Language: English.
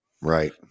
Right